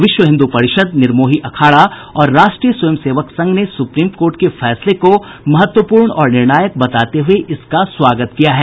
विश्व हिन्द्र परिषद निर्मोही अखाड़ा और राष्ट्रीय स्वयं सेवक संघ ने सुप्रीम कोर्ट के फैसले को महत्वपूर्ण और निर्णायक बताते हुये इसका स्वागत किया है